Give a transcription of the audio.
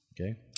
Okay